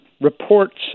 reports